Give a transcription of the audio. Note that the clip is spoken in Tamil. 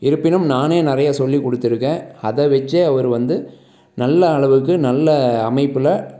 இருப்பினும் நானே நிறைய சொல்லிக்கொடுத்துருக்கேன் அதை வச்சே அவர் வந்து நல்ல அளவுக்கு நல்ல அமைப்பில்